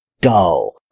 dull